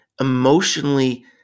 emotionally